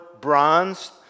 bronze